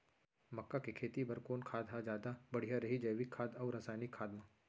मक्का के खेती बर कोन खाद ह जादा बढ़िया रही, जैविक खाद अऊ रसायनिक खाद मा?